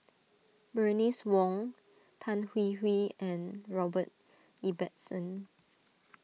Bernice Wong Tan Hwee Hwee and Robert Ibbetson